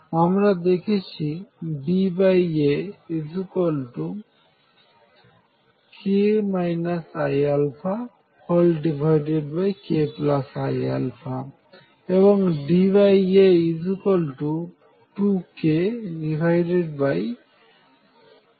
আমরা দেখেছি BAk iαkiα এবং DA2kkiα